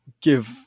give